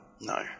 no